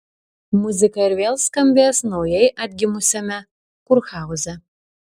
muzika ir vėl skambės naujai atgimusiame kurhauze